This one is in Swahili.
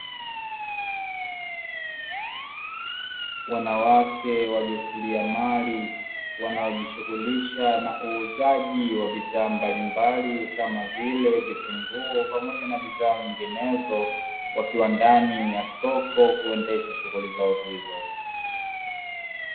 Wanawake wajasiriamali wanaojishughulisha na uuzaji wa bidhaa mbalimbali kama vile vitunguu pamoja na bidhaa zinginezo, wakiwa ndani ya soko kuendesha shughuli zao hizo.